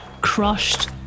crushed